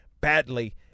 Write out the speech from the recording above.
badly